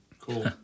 Cool